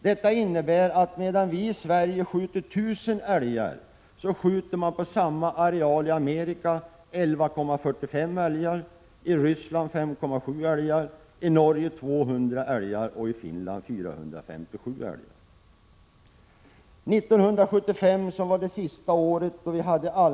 Detta innebär att medan vi i Sverige skjuter 1 000 älgar skjuter man på samma areal i Amerika 11,45 älgar, i Ryssland 5.7 älgar, i Norge 200 älgar och i Finland 457 älgar. År 1975, som var det sista år då vi hade allmän jakt med möjligheter att — Prot.